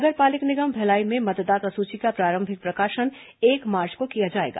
नगर पालिक निगम भिलाई में मतदाता सूची का प्रारंभिक प्रकाशन एक मार्च को किया जाएगा